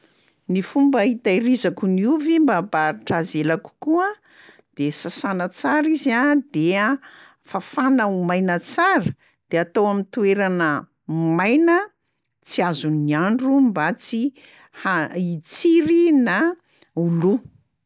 Ny fomba hitahirizako ny ovy mba hampaharitra azy ela kokoa de sasana tsara izy a dia fafana ho maina tsara de atao amin'ny toerana maina tsy azon'ny andro mba tsy ha- hitsiry na ho lo.